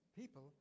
people